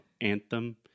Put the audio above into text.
anthem